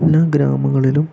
എല്ലാ ഗ്രാമങ്ങളിലും